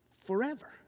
forever